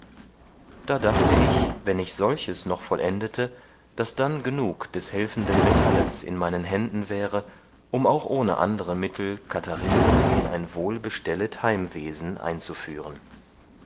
da dachte ich wenn ich solches noch vollendete daß dann genug des helfenden metalles in meinen händen wäre um auch ohne andere mittel katharinen in ein wohl bestellet heimwesen einzufahren